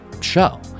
show